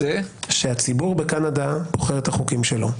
שהציבור בקנדה בוחר את החוקים שלו.